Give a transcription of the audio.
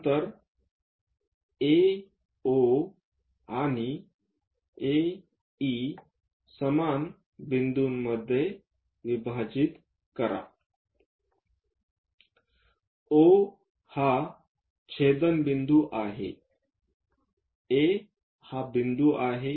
नंतर AO आणि AE समान बिंदूंमध्ये विभाजित करा O हा छेदनबिंदू आहे A हा बिंदू आहे